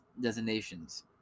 designations